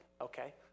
okay